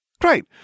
Great